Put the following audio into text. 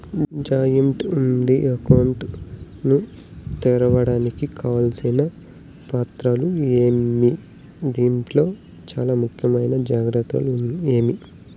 Joint ఉమ్మడి account ను తెరవడానికి కావాల్సిన పత్రాలు ఏమేమి? దీంట్లో చానా ముఖ్యమైన జాగ్రత్తలు ఏమి?